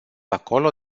acolo